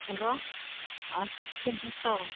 hello ଆଉ କେମିତି ଅଛ